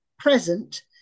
present